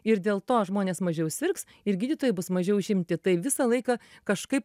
ir dėl to žmonės mažiau sirgs ir gydytojai bus mažiau užimti tai visą laiką kažkaip